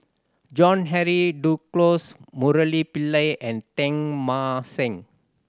John Henry Duclos Murali Pillai and Teng Mah Seng